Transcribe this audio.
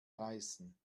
reißen